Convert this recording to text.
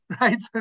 Right